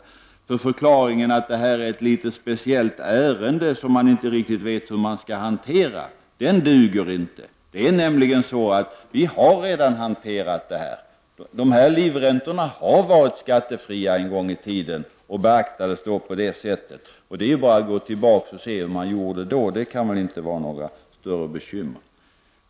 Förklaringen att det här är ett litet, speciellt ärende, som man inte riktigt vet hur man skall hantera, duger inte. Vi har nämligen redan hanterat frågan. De här livräntorna var en gång i tiden skattefria och beaktades på det sättet. Det är bara att gå tillbaka och se hur man gjorde då — det kan inte vara något större bekymmer.